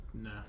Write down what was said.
Nah